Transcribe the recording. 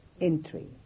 entry